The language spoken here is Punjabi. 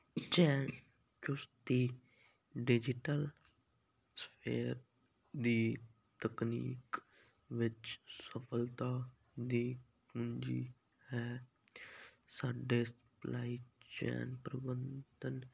ਚੇਨ ਚੁਸਤੀ ਡਿਜੀਟਲ ਸਫੇਅਰ ਦੀ ਤਕਨੀਕ ਵਿੱਚ ਸਫਲਤਾ ਦੀ ਕੁੰਜੀ ਹੈ ਸਾਡੇ ਸਪਲਾਈ ਚੇਨ ਪ੍ਰਬੰਧਨ